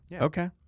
Okay